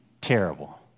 terrible